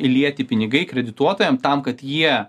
įlieti pinigai kredituojam tam kad jie